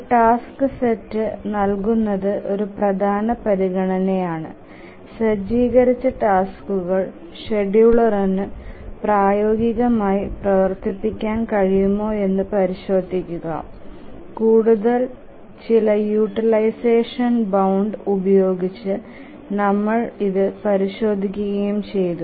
ഒരു task set നൽകുന്നത് ഒരു പ്രധാന പരിഗണനയാണ് സജ്ജീകരിച്ച ടാസ്ക്കുകൾ ഷെഡ്യൂളറിന് പ്രായോഗികമായി പ്രവർത്തിപ്പിക്കാൻ കഴിയുമോയെന്ന് പരിശോധിക്കുക കൂടാതെ ചില യൂട്ടിലൈസഷൻ ബൌണ്ടസ് ഉപയോഗിച്ച് നമ്മൾ ഇത് പരിശോധിക്കുകയും ചെയ്തു